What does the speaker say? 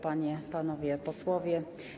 Panie i Panowie Posłowie!